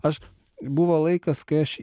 aš buvo laikas kai aš